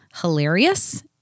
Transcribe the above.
hilarious